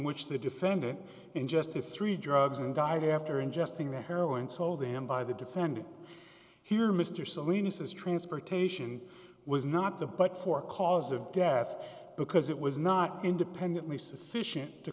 which the defendant injustice three drugs and died after ingesting the heroin sold him by the defendant here mr salinas is transportation was not the but for cause of death because it was not independently sufficient to